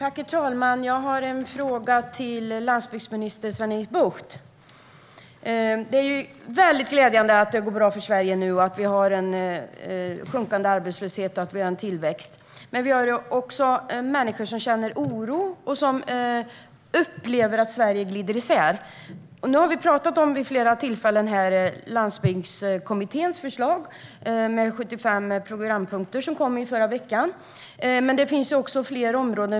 Herr talman! Jag har en fråga till landsbygdsminister Sven-Erik Bucht. Det är väldigt glädjande att det nu går bra för Sverige, att vi har en sjunkande arbetslöshet och att vi har en tillväxt. Men det finns också människor som känner oro och som upplever att Sverige glider isär. Nu har vi vid flera tillfällen pratat om Landsbygdskommitténs förslag, med 75 programpunkter, som kom i förra veckan. Men det finns också fler områden.